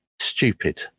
stupid